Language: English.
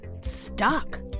stuck